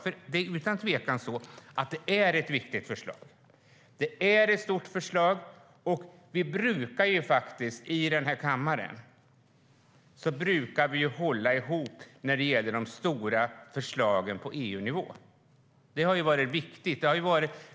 För det är utan tvekan viktigt, och det är stort. Vi brukar hålla ihop i den här kammaren när det gäller de stora förslagen på EU-nivå. Det har varit viktigt.